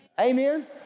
Amen